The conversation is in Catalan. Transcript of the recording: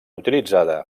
utilitzada